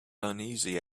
uneasy